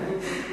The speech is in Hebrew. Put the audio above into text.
כן.